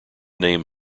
name